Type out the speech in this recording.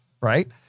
right